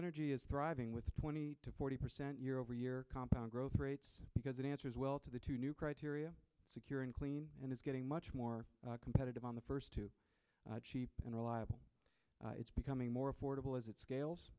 energy is thriving with twenty to forty percent year over year compound growth rates because it answers well to the two new criteria secure and clean and is getting much more competitive on the first two cheap and reliable it's becoming more affordable as it scales